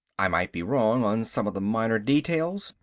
i might be wrong on some of the minor details,